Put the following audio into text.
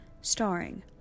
starring